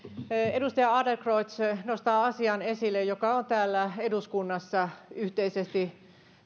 edustaja adlercreutz nostaa asian esille joka on täällä eduskunnassa yhteisesti